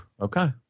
Okay